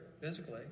physically